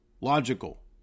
logical